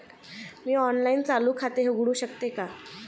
मी online चालू खाते उघडू शकते का?